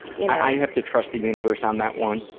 yeah. i have to trust the universe on that one.